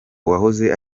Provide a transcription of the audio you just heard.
wahoze